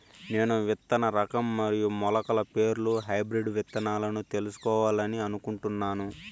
నేను విత్తన రకం మరియు మొలకల పేర్లు హైబ్రిడ్ విత్తనాలను తెలుసుకోవాలని అనుకుంటున్నాను?